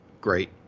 Great